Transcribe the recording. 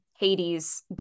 Hades